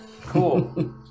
Cool